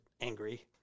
angry